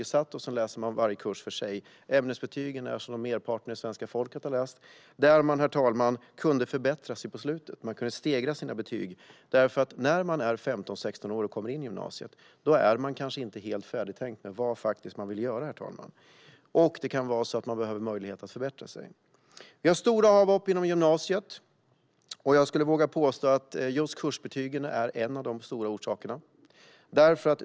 Sedan sätts betyget. Man läser varje kurs för sig. Ämnesbetyg, som merparten av svenska folket har haft, kunde man förbättra på slutet. Man kunde stegra sina betyg. När man är 15-16 år och börjar i gymnasiet har man kanske inte tänkt helt färdigt när det gäller vad man faktiskt vill göra. Man kan behöva en möjlighet att förbättra sina betyg. Vi har stora avhopp inom gymnasiet. Jag skulle våga påstå att just kursbetygen är en av de stora orsakerna.